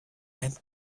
and